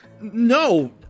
No